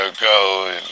Go